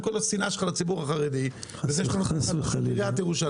עם כל השנאה שלך לציבור החרדי' --- חס וחלילה.